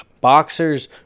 Boxers